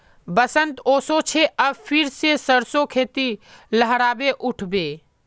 बसंत ओशो छे अब फिर से सरसो खेती लहराबे उठ बे